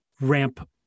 ramp